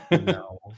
no